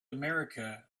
america